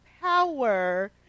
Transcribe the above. power